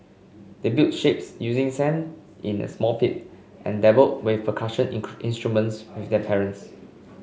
they built shapes using sand in a small pit and dabbled with percussion instruments with their parents